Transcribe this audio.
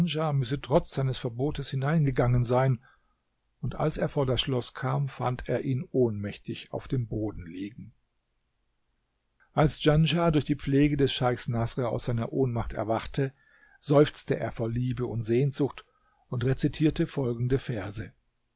müsse trotz seines verbotes hineingegangen sein und als er vor das schloß kam fand er ihn ohnmächtig auf dem boden liegen als djanschah durch die pflege des scheichs naßr aus seiner ohnmacht erwachte seufzte er vor liebe und sehnsucht und rezitierte folgende verse